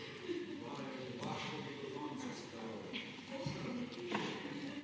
Hvala